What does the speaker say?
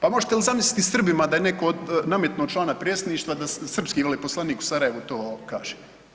Pa možete li zamisliti Srbima da je netko nametnuo člana predsjedništva da srpski veleposlanik u Sarajevu to kaže.